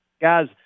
guys